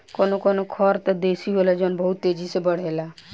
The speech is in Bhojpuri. कवनो कवनो खर त देसी होला जवन बहुत तेजी बड़ेला